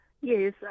Yes